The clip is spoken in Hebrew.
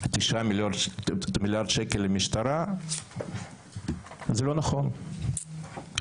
5. מי